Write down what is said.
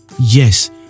Yes